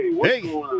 hey